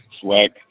Swag